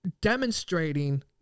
demonstrating